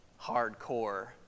hardcore